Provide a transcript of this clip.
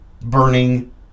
burning